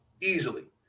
Easily